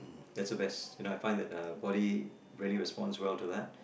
that's the best you know I find that the body really responds will to that